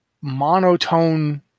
monotone